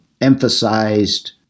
emphasized